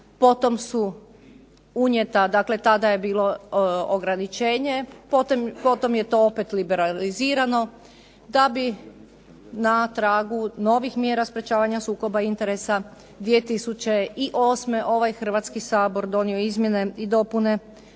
Potom su unijeta, dakle tada je bilo ograničenje, potom je to opet liberalizirano da bi na tragu novih mjera sprečavanja sukoba interesa 2008. ovaj Hrvatski sabor donio izmjene i dopune